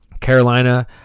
Carolina